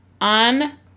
on